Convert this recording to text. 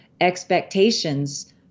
expectations